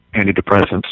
antidepressants